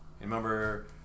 Remember